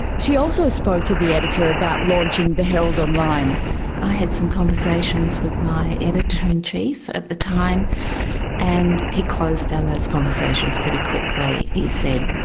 she also spoke to the editor about launching the heraldonline. i had some conversations with my editor-in-chief at the time and he closed down those conversations pretty quickly. he said,